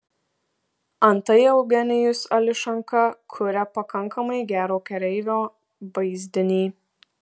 antai eugenijus ališanka kuria pakankamai gero kareivio vaizdinį